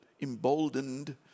emboldened